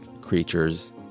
creatures